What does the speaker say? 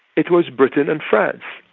it was britain and france.